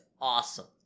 awesome